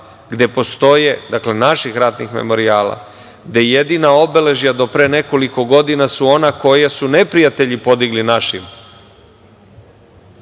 gde postoje, naših ratnih memorijala, gde jedina obeležja do pre nekoliko godina su ona koja su neprijatelji podigli našim